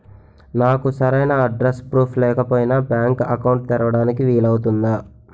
నాకు సరైన address proof లేకపోయినా బ్యాంక్ అకౌంట్ తెరవడానికి వీలవుతుందా?